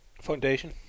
foundation